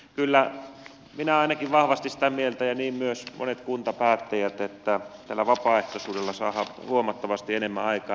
kyllä minä ainakin olen vahvasti sitä mieltä ja niin myös monet kuntapäättäjät että tällä vapaaehtoisuudella saadaan huomattavasti enemmän aikaan